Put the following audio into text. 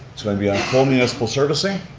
it's going to be on full municipal servicing.